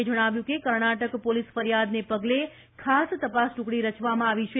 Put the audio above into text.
એ જણાવ્યું કે કર્ણાટક પોલીસ ફરીયાદના પગલે ખાસ તપાસ ટુકડી રચવામાં આવી છે